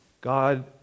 God